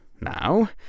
now